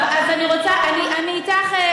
אני אתך,